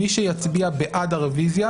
מי שיצביע בעד הרביזיה,